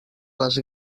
les